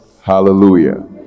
Hallelujah